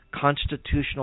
constitutional